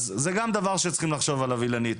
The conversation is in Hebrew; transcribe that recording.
אז זה גם דבר שצריכים לחשוב עליו אילנית.